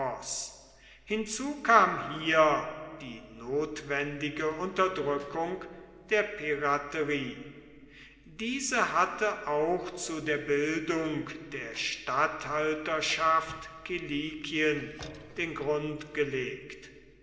kam hier die notwendige unterdrückung der piraterie diese hatte auch zu der bildung der statthalterschaft kilikien den grund gelegt